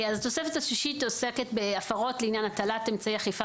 התוספת השישית עוסקת בהפרות לעניין הטלת אמצעי אכיפה